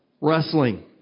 wrestling